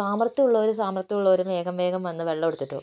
സാമർഥ്യം ഉള്ളവർ സാമർഥ്യം ഉള്ളവർ വേഗം വേഗം വന്ന് വെള്ളം എടുത്തിട്ടുപോവും